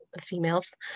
females